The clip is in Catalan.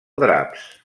draps